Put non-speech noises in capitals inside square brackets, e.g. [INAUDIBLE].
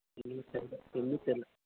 [UNINTELLIGIBLE] ஒன்றும் தெரியல